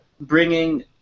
bringing